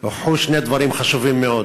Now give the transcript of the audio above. הוכחו שני דברים חשובים מאוד: